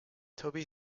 toby